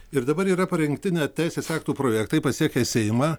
ir dabar yra parengtinė teisės aktų projektai pasiekę seimą